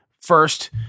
first